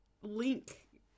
link